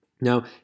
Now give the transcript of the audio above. Now